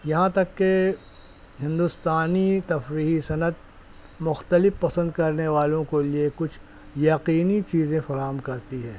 یہاں تک کہ ہندوستانی تفریحی صنعت مختلف پسند کرنے والوں کے لیے کچھ یقینی چیزیں فراہم کرتی ہے